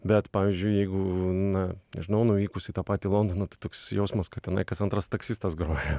bet pavyzdžiui jeigu na nežinau nuvykus į tą patį londono toks jausmas kad tenai kas antras taksistas groja